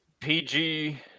PG